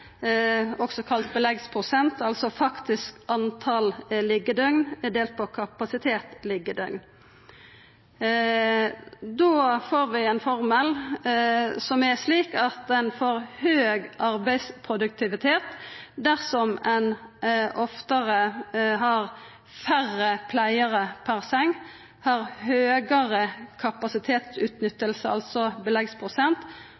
også kalla beleggsprosent, altså det faktiske talet liggjedøgn delt på kapasitet liggjedøgn. Da får vi ein formel som er slik at ein får høg arbeidsproduktivitet dersom ein oftare har færre pleiarar per seng, har høgare